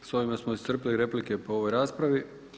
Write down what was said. S ovime smo iscrpili replike po ovoj raspravi.